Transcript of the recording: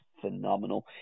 phenomenal